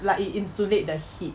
like it insulate the heat